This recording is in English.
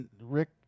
Rick